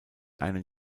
einen